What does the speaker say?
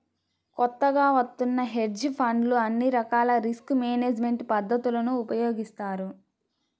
కొత్తగా వత్తున్న హెడ్జ్ ఫండ్లు అన్ని రకాల రిస్క్ మేనేజ్మెంట్ పద్ధతులను ఉపయోగిస్తాయి